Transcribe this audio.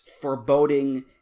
foreboding